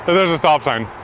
there's a stop sign,